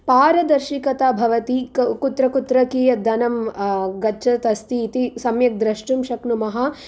पारदर्शिकता भवति कुत्र कुत्र कीयत् धनं गच्छत् अस्ति इति सम्यक् द्रष्टुं शक्नुमः